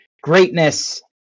greatness